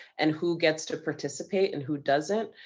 and who gets to participate and who doesn't.